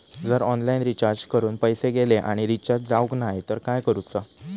जर online recharge करून पैसे गेले आणि रिचार्ज जावक नाय तर काय करूचा?